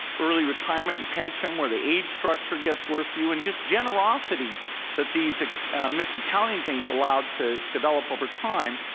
early retirement and pension, where the age structure gets worse for you, and just generosity that these mis-accounting things allow to develop over time,